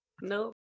Nope